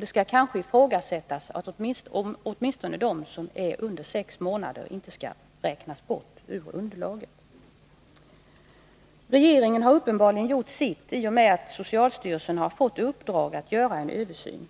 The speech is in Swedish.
Det kan kanske ifrågasättas om inte åtminstone de som är under 6 månader skall räknas bort ur underlaget. Regeringen har uppenbarligen gjort sitt i och med att socialstyrelsen har fått i uppdrag att göra en översyn.